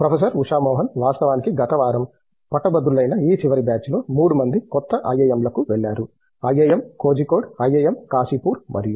professor Usha Mohan వాస్తవానికి గత వారం పట్టభద్రులైన ఈ చివరి బ్యాచ్ లో 3 మంది కొత్త ఐఐఎంలకు వెళ్లారు IIM కోజికోడ్ IIM కాశీపూర్ మరియు